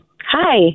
Hi